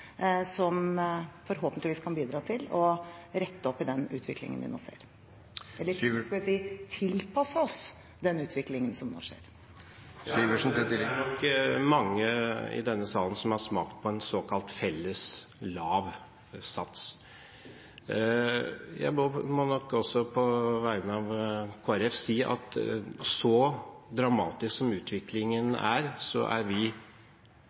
som forhåpentligvis kan bidra til å rette opp i den utviklingen vi nå ser – eller, skal vi si, tilpasse oss den utviklingen som nå skjer. Det er nok mange i denne salen som har smakt på en såkalt felles lav sats. Jeg må nok også på vegne av Kristelig Folkeparti si at så dramatisk som utviklingen er, er vi